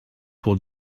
pour